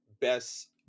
best